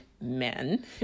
men